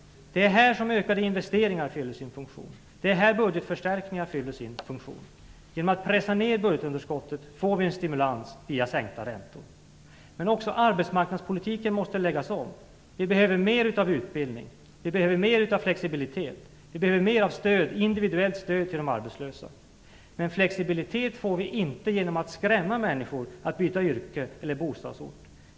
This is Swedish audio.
Det är i detta avseende som ökade investeringar och budgetförstärkningar fyller sin funktion. Genom att pressa ned budgetunderskottet får vi en stimulans via sänkta räntor. Även arbetsmarknadspolitiken måste läggas om. Vi behöver mer utbildning, flexibilitet och individuellt stöd till de arbetslösa. Flexibilitet får vi inte genom att skrämma människor till att byta yrke eller bostadsort.